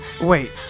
wait